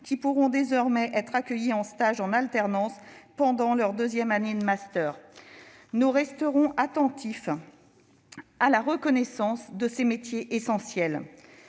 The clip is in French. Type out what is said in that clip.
qui pourront désormais être accueillis en stage en alternance pendant leur deuxième année de master. Nous resterons attentifs à la reconnaissance de ces métiers essentiels.